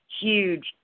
huge